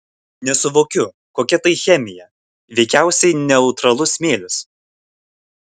nesuvokiu kokia tai chemija veikiausiai neutralusis smėlis